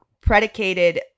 predicated